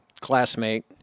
classmate